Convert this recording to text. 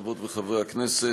חברות וחברי הכנסת,